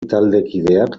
taldekideak